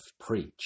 preach